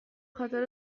خاطر